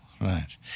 Right